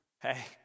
hey